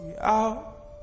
out